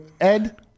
Ed